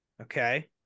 okay